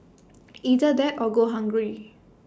either that or go hungry